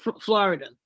Florida